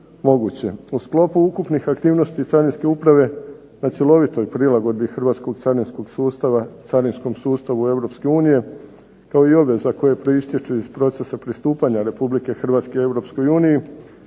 U sklopu ukupnih aktivnosti carinske uprave na cjelovitoj prilagodbi hrvatskog carinskog sustava carinskom sustavu Europske unije, kao i ove za koje proističu iz procesa pristupanja Republike Hrvatske